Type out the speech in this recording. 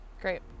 Great